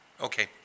Okay